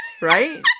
Right